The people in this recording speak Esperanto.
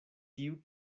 tiu